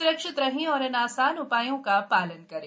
स्रक्षित रहें और इन आसान उपायों का पालन करें